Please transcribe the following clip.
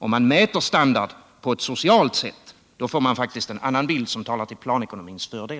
Om man mäter standard på ett socialt sätt får man faktiskt en annan bild. som talar till planekonomins fördel.